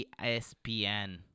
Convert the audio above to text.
ESPN